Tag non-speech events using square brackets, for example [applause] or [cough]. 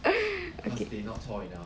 [breath] okay